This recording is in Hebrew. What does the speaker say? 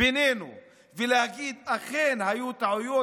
בינינו ולהגיד: אכן היו טעיות,